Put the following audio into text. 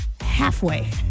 halfway